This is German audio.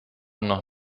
noch